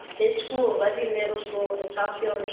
his school, levey middle school in southfield,